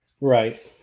Right